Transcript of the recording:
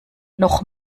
noch